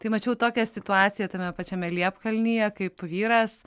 tai mačiau tokią situaciją tame pačiame liepkalnyje kaip vyras